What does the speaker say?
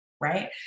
Right